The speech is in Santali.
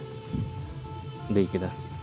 ᱞᱟᱹᱭ ᱠᱮᱫᱟ